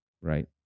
Right